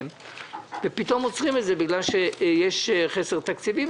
ופתאום עוצרים את זה בגלל שיש חסר תקציבי,